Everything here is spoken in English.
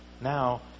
Now